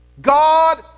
God